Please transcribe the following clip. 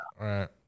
right